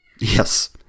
Yes